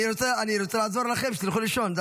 אני רוצה לעזור לכם שתלכו לישון, זה